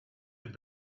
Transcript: have